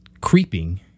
creeping